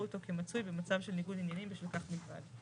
אותו כמצוי במצב של ניגוד עניינים בשל כך בלבד.